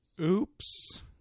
oops